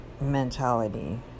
mentality